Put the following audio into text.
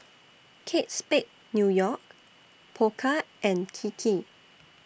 Kate Spade New York Pokka and Kiki